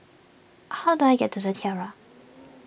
how do I get to the Tiara